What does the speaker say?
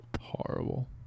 Horrible